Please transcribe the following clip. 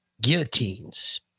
guillotines